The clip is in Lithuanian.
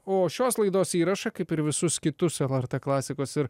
o šios laidos įrašą kaip ir visus kitus lrt klasikos ir